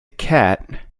cat